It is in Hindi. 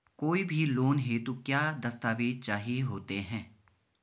कोई भी लोन हेतु क्या दस्तावेज़ चाहिए होते हैं?